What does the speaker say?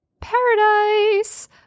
paradise